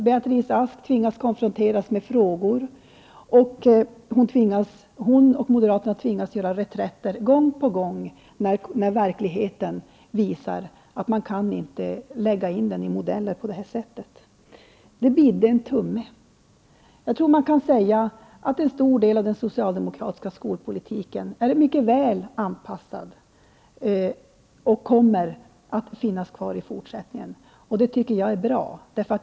Beatrice Ask tvingas konfronteras med frågor, och hon och moderaterna tvingas till reträtt gång på gång när verkligheten visar att skolpengssystemet inte kan läggas in i modeller. Det bidde en tumme. En stor del av den socialdemokratiska skolpolitiken är mycket väl anpassad och kommer att finnas kvar i fortsättningen. Jag tycker att det är bra.